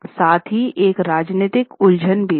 साथ ही एक राजनीतिक उलझन भी थी